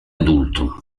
adulto